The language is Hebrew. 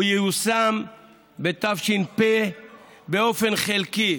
הוא ייושם בתש"פ באופן חלקי.